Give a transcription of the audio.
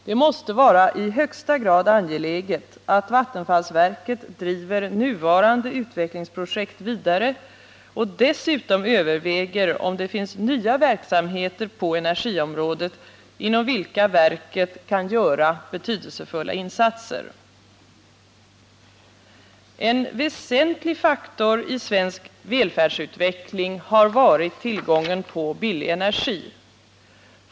Det måste vara i högsta grad angeläget att vattenfallsverket driver nuvarande utvecklingsprojekt vidare och dessutom överväger om det finns nya verksamheter på energiområdet inom vilka verket kan göra betydelsefulla insatser. En väsentlig faktor i svensk välfärdsutveckling har varit tillgången på billig energi.